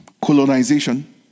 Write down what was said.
colonization